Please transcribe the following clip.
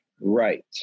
Right